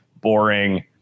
boring